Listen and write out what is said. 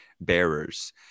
bearers